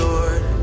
Lord